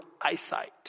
eyesight